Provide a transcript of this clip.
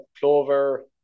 clover